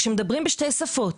כשמדברים בשתי שפות,